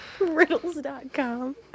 Riddles.com